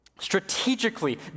strategically